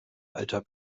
alter